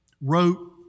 wrote